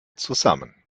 zusammen